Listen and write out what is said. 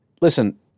Listen